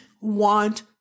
want